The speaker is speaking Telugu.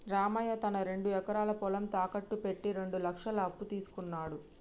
రామయ్య తన రెండు ఎకరాల పొలం తాకట్టు పెట్టి రెండు లక్షల అప్పు తీసుకున్నడు